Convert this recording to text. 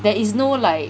there is no like